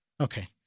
Okay